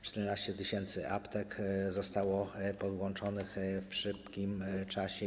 14 tys. aptek zostało podłączonych w szybkim czasie.